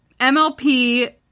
MLP